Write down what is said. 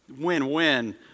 win-win